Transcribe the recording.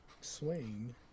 swing